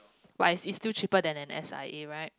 but it's still cheaper than an S_I_A right